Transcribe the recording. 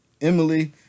Emily